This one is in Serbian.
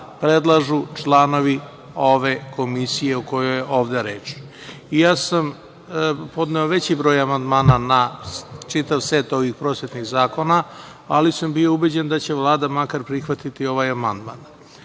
predlažu članovi ove komisije o kojoj je ovde reč. Ja sam podneo veći broj amandmana na čitav set ovih prosvetnih zakona, ali sam bio ubeđen da će Vlada makar prihvatiti ovaj amandman. Jeste